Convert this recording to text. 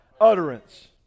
Utterance